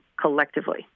collectively